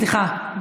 סליחה,